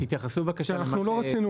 אז תתייחסו בבקשה למה שביקש היושב ראש.